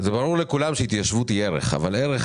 ברור לכולם שהתיישבות היא ערך אבל ערך